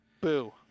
boo